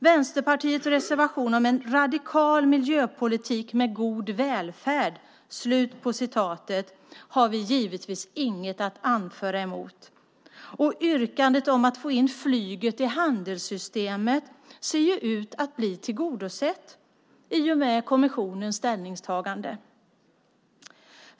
Vänsterpartiets reservation om "en radikal miljöpolitik med god välfärd" har vi givetvis inget att anföra emot. Yrkandet om att få in flyget i handelssystemet ser ju ut att bli tillgodosett i och med kommissionens ställningstagande.